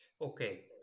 Okay